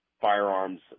firearms